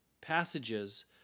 passages